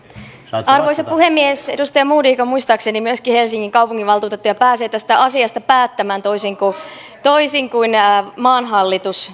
arvoisa puhemies edustaja modig on muistaakseni myöskin helsingin kaupunginvaltuutettu ja pääsee tästä asiasta päättämään toisin kuin toisin kuin maan hallitus